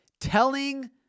telling